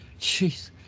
Jeez